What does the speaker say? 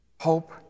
hope